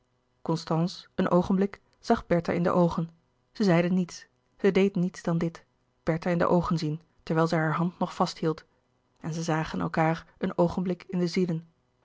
een oogenblik zag bertha in de louis couperus de boeken der kleine zielen oogen zij zeide niets zij deed niets dan dit bertha in de oogen zien terwijl zij haar hand nog vasthield en zij zagen elkaâr een oogenblik in de